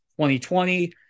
2020